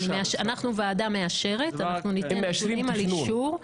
אנחנו ועדה מאשרת, אנחנו חותמים על אישור.